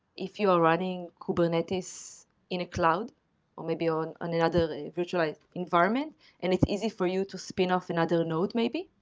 if you are running kubernetes in a cloud or maybe on on another virtual environment and it's easy for you to spin-off another node maybe.